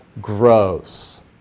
grows